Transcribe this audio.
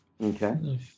Okay